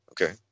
okay